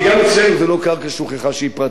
כי גם אצלנו זה לא קרקע שהוכח שהיא פרטית,